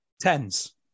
tens